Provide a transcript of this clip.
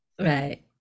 right